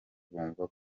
bumva